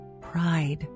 pride